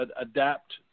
adapt